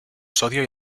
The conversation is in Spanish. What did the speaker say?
sodio